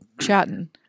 chatting